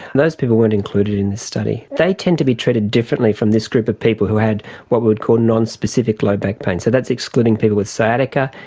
those people weren't included in this study. they tend to be treated differently from this group of people who had what we would call non-specific low back pain. so that's excluding people with sciatica,